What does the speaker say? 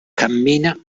cammina